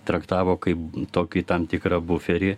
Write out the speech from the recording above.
traktavo kaip tokį tam tikrą buferį